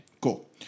Cool